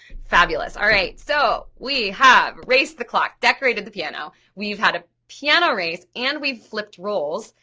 fabulous, alright. so we have race the clock, decorate the piano, we've had a piano race and we've flipped roles.